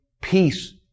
peace